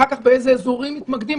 אחר כך באיזה אזורים מתמקדים.